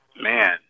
man